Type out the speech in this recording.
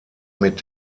mit